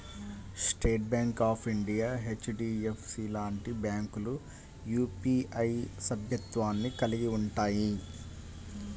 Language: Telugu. state Bank of India, HDFC లాంటి బ్యాంకులు యూపీఐ సభ్యత్వాన్ని కలిగి ఉంటయ్యి